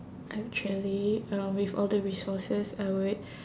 actually um with all the resources I would